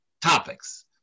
topics